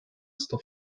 sto